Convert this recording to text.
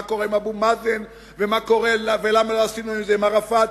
קורה עם אבו מאזן ולמה לא עשינו את זה עם ערפאת.